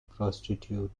prostitute